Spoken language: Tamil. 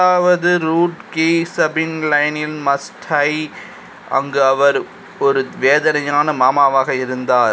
முதலாவது ரூட் கி சபின் லைனின் மஸ்ட் ஹை அங்கு அவர் ஒரு வேதனையான மாமாவாக இருந்தார்